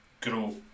grow